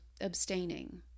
abstaining